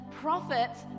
prophets